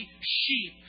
sheep